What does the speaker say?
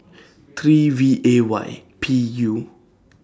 three V A Y P U